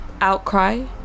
outcry